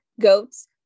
goats